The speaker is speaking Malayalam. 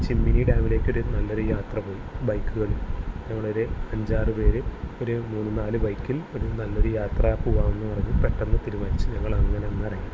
ചിമ്മിനി ഡാമിലേക്കൊരു നല്ലൊരു യാത്ര പോയി ബൈക്കുകളിൽ ഞങ്ങളൊരു അഞ്ചാറ് പേര് ഒരു മൂന്ന് നാല് ബൈക്കിൽ ഒരു നല്ലൊരു യാത്ര പോവാമെന്ന് പറഞ്ഞ് പെട്ടെന്ന് തീരുമാനിച്ച് ഞങ്ങളങ്ങനെ അന്ന് ഇറങ്ങി